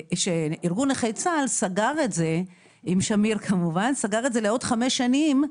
שארגון נכי צה"ל סגר את זה לעוד חמש שנים,